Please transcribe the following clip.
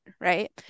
right